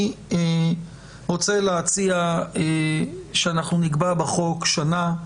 אני רוצה להציע שאנחנו נקבע בחוק שנה.